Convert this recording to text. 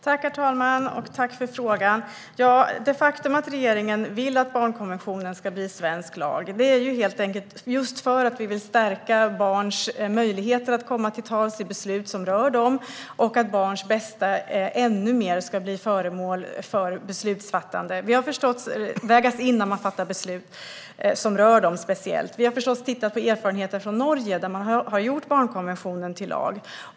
Herr talman! Tack för frågan! Det faktum att regeringen vill att barnkonventionen ska bli svensk lag är just för att vi vill stärka barns möjligheter att komma till tals i beslut som rör dem och att barns bästa ännu mer ska vägas in när man fattar beslut som speciellt rör dem. Vi har förstås tittat på erfarenheter från Norge, där man har gjort barnkonventionen till lag.